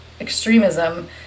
extremism